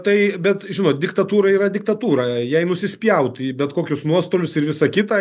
tai bet žinot diktatūra yra diktatūra jei nusispjaut į bet kokius nuostolius ir visa kita